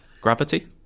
Gravity